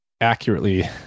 accurately